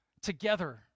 together